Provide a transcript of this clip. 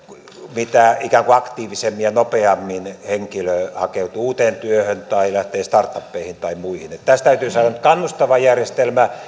mitä ikään kuin aktiivisemmin ja nopeammin henkilö hakeutuu uuteen työhön tai lähtee startupeihin tai muihin tästä täytyy saada nyt kannustava järjestelmä